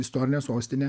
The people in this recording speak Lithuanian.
istorine sostine